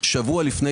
פחות משבוע לפני